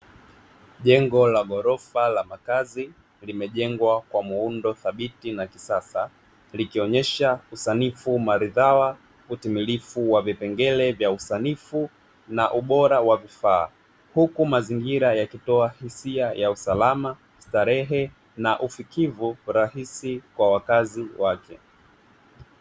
Jengo la ghorofa la makazi limejengwa kwa muundo thabiti na kisasa likionyesha usanifu maridhawa, utimilifu wa vipengere vya usanifu na ubora wa vifaa, huku mazingira yakitoa hisia ya usalama, starehe na ufikivu rahisi kwa wakazi wapya.